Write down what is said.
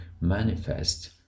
manifest